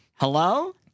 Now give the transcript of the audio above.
Hello